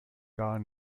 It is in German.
gar